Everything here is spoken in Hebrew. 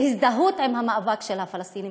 להזדהות עם המאבק של הפלסטינים.